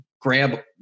grab